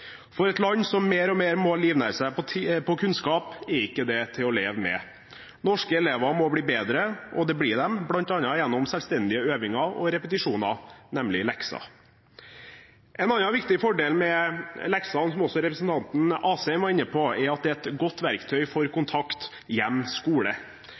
For et land som mer og mer må livnære seg på kunnskap, er ikke dette til å leve med. Norske elever må bli bedre – og det blir de – bl.a. gjennom selvstendige øvinger og repetisjoner, nemlig lekser. En annen viktig fordel med lekser, som også representanten Asheim var inne på, er at det er et godt verktøy for kontakt